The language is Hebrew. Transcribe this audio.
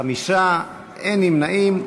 5, אין נמנעים.